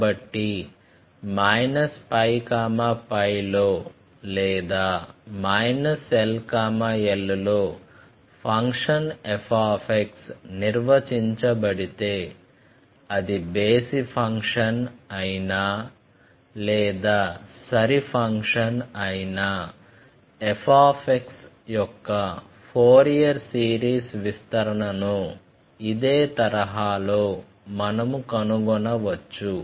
కాబట్టి π π లో లేదా l l లో ఫంక్షన్ f నిర్వచించబడితే అది బేసి ఫంక్షన్ అయినా లేదా సరి ఫంక్షన్ అయినా f యొక్క ఫోరియర్ సిరీస్ విస్తరణను ఇదే తరహాలో మనము కనుగొనవచ్చు